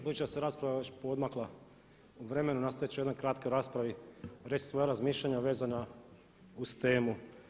Budući da je rasprava već poodmakla vremenu nastojat ću u jednoj kratko raspravi reći svoja razmišljanja vezana uz temu.